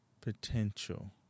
potential